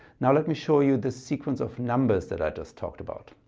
now let me show you this sequence of numbers that i just talked about.